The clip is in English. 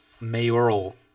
mayoral